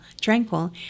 tranquil